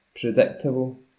predictable